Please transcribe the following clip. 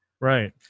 Right